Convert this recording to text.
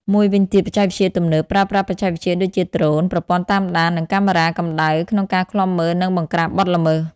មួយវិញទៀតបច្ចេកវិទ្យាទំនើប ប្រើប្រាស់បច្ចេកវិទ្យាដូចជា ដ្រូន ប្រព័ន្ធតាមដាន និងកាមេរ៉ាកម្ដៅ ក្នុងការឃ្លាំមើល និងបង្ក្រាបបទល្មើស។